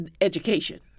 education